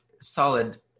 solid